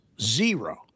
zero